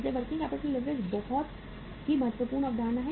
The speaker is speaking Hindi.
इसलिए वर्किंग कैपिटल लीवरेज बहुत है महत्वपूर्ण अवधारणा